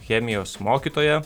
chemijos mokytoja